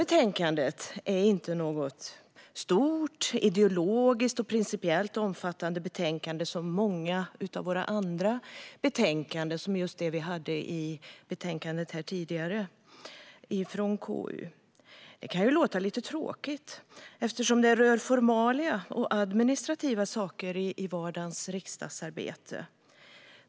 Detta är inte ett stort ideologiskt och principiellt omfattande betänkande såsom många andra av KU:s betänkanden, till exempel det förra. Det kan verka lite tråkigt eftersom det rör formalia och administration i riksdagens vardagsarbete.